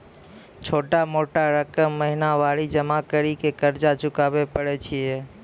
छोटा छोटा रकम महीनवारी जमा करि के कर्जा चुकाबै परए छियै?